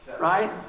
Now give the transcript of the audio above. Right